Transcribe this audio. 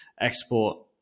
export